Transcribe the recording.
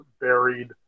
buried